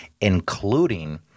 including